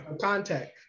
contact